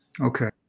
Okay